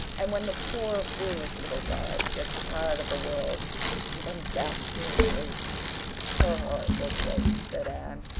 and when the poor, foolish little dryad gets tired of the world and comes back to her tree her heart will break, said anne.